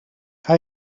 hij